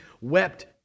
wept